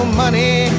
money